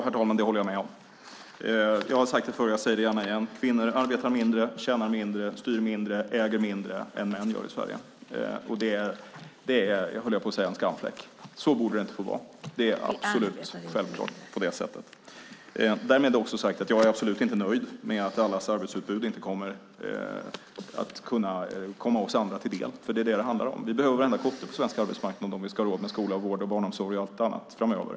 Herr talman! Det håller jag med om. Jag har sagt det förr och säger det gärna igen: Kvinnor arbetar mindre, tjänar mindre, styr mindre och äger mindre än män gör i Sverige. Det är en skamfläck, höll jag på att säga. Så borde det inte få vara. Det är absolut självklart. Därmed också sagt att jag absolut inte är nöjd med att allas arbetsutbud inte kommer att kunna komma oss andra till del. Det är det som det handlar om. Vi behöver varenda kotte på svensk arbetsmarknad om vi ska har råd med skola, vård, barnomsorg och allt annat framöver.